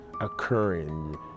occurring